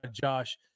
Josh